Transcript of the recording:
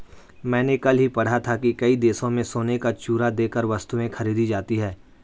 मैंने कल ही पढ़ा था कि कई देशों में सोने का चूरा देकर वस्तुएं खरीदी जाती थी